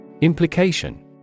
Implication